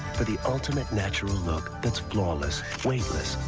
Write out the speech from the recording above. for the ultimate natural look that's flawless, weightless,